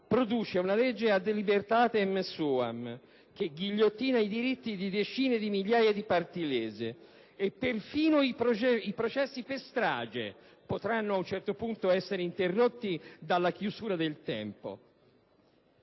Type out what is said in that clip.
produce una legge *ad libertatem suam* che ghigliottina i diritti di decine di migliaia di parti lese, e persino i processi per strage potranno ad un certo punto essere interrotti dalla chiusura del tempo.